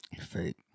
fake